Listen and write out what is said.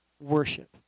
worship